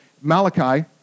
Malachi